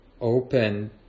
open